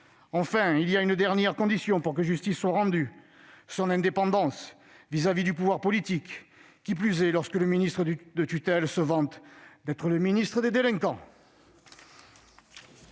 Il y a une dernière condition pour que la justice soit rendue : son indépendance vis-à-vis du pouvoir politique, qui plus est lorsque le ministre de tutelle se vante d'être le ministre des délinquants